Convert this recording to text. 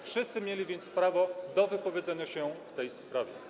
Wszyscy mieli więc prawo do wypowiedzenia się w tej sprawie.